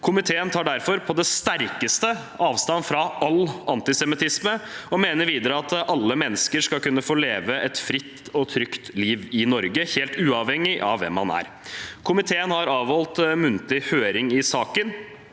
Komiteen tar derfor på det sterkeste avstand fra all antisemittisme og mener videre at alle mennesker skal kunne få leve et fritt og trygt liv i Norge, helt uavhengig av hvem man er. Komiteen har avholdt muntlig høring i saken.